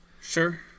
Sure